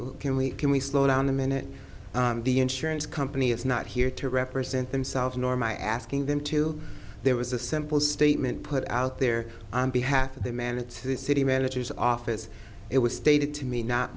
ok can we can we slow down the minute the insurance company is not here to represent themselves nor my asking them to there was a simple statement put out there on behalf of the man it's the city manager's office it was stated to me not